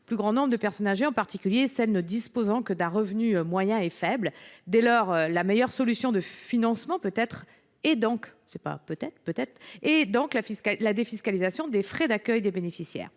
plus grand nombre de personnes âgées, en particulier celles ne disposant que d’un revenu moyen ou faible. Dès lors, la meilleure solution de financement est la défiscalisation des frais d’accueil des bénéficiaires.